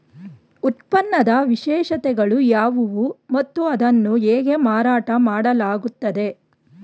ಉತ್ಪನ್ನದ ವಿಶೇಷತೆಗಳು ಯಾವುವು ಮತ್ತು ಅದನ್ನು ಹೇಗೆ ಮಾರಾಟ ಮಾಡಲಾಗುತ್ತದೆ?